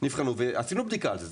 נבחנו ועשינו בדיקה על זה,